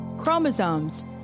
Chromosomes